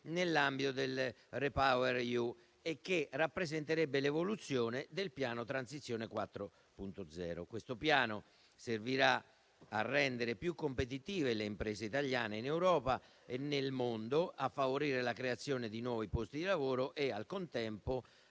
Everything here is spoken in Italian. nell'ambito del REPower EU, che rappresenterebbe l'evoluzione del piano Transizione 4.0. Questo piano servirà a rendere più competitive le imprese italiane in Europa e nel mondo, a favorire la creazione di nuovi posti di lavoro e al contempo